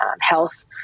health